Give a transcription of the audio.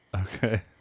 Okay